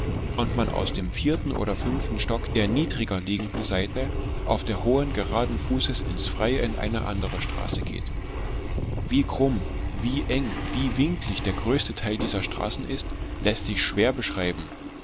und man aus dem vierten oder fünften stock der niedriger liegenden seite auf der hohen geraden fußes ins freie in eine andere straße geht wie krumm wie eng wie winklig der größte teil dieser straßen ist läßt sich schwer beschreiben